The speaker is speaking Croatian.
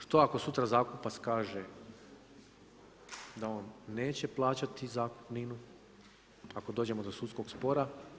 Što ako sutra zakupac kaže, da on neće plaćati zakupninu, ako dođemo do sudskog spora.